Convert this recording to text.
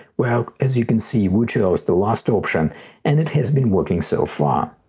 well, as you can see we chose the last option and it has been working so far.